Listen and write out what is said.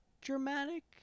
dramatic